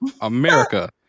America